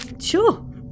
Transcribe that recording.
Sure